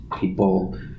People